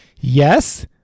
Yes